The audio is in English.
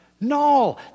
No